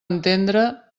entendre